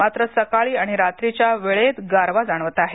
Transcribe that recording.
मात्र सकाळी आणि रात्रीच्या वेळेत गारवा जाणवत आहे